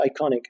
iconic